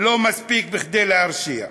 לא מספיק כדי להרשיע.